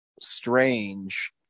strange